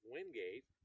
Wingate